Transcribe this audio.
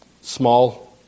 small